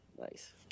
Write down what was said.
Nice